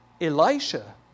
Elisha